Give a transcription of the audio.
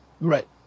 Right